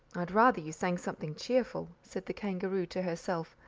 i'd rather you sang something cheerful, said the kangaroo to herself,